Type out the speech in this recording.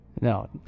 No